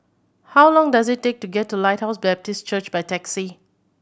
how long does it take to get to Lighthouse Baptist Church by taxi